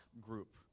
group